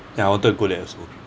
ya I wanted to go there also